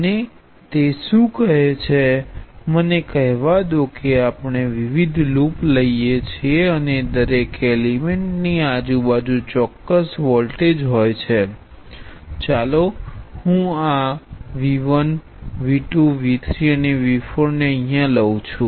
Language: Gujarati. અને તે શું કહે છે મને કહેવા દો કે આપણે વિવિધ લૂપ લઈએ છીએ અને દરેક એલિમેન્ટની આજુબાજુ ચોક્કસ વોલ્ટેજ હોય છે ચાલો હું આ V 1 V 2 V 3 અને V4 ને અહીયા લઊ છુ